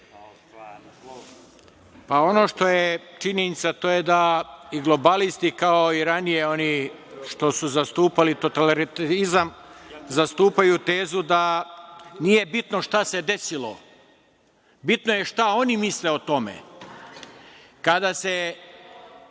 Ono što je činjenica to je da i globalisti kao i ranije oni što su zastupali totalitarizam zastupaju tezu da nije bitno šta se desilo, bitno je šta oni misle o tome. Kada se